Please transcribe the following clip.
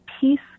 peace